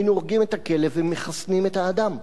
היינו הורגים את הכלב ומחסנים את האדם.